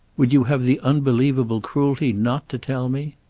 would you have the unbelievable cruelty not to tell me?